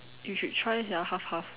you should try sia half half